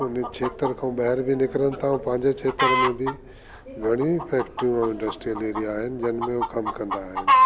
उन क्षेत्र खो ॿाहिरि बि निकरनि ता अऊं पांजे क्षेत्र में बि घणी फैक्ट्रियूं अऊं इंडस्ट्रियल एरिया आइन जिन में हो कमु कंदा आइन